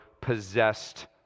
possessed